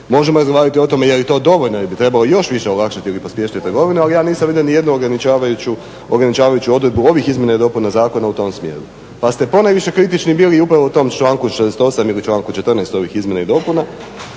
možemo razgovarati oko toga je li to dovoljno, jel' bi trebalo još više olakšati ili pospješiti trgovinu, ali ja nisam vidio niti jednu ograničavajuću odredbu ovih izmjena i dopuna zakona u tom smjeru. Pa ste ponajviše kritični bili upravo u tom članku 68. ili članku 14. ovih izmjena i dopuna,